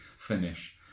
finish